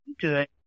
good